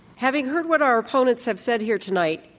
having heard what our opponents have said here tonight,